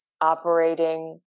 operating